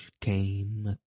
came